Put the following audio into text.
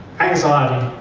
anxiety.